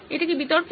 এটা কি বিতর্কিত